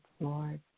Lord